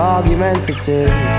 Argumentative